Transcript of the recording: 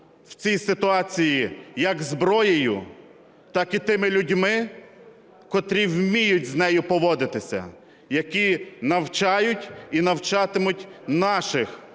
в цій ситуації як зброєю, так і тими людьми, котрі вміють з нею поводитися, які навчають і навчатимуть наших